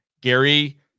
gary